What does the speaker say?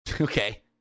Okay